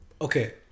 okay